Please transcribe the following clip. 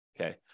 okay